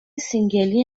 سینگلی